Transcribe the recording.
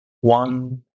one